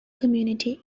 community